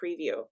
preview